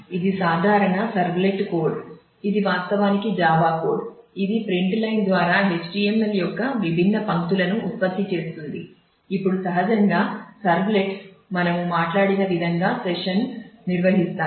ఇది సాధారణ servlet code ను నిర్వహిస్తాయి